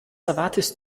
erwartest